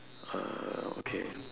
uh okay